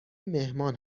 مهمان